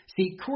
See